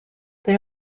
they